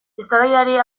eztabaidari